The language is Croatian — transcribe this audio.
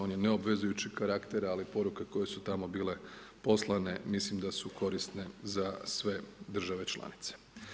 On je neobvezujućeg karaktera, ali poruke koje su tamo bile poslane mislim da su korisne za sve države članice.